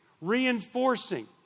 reinforcing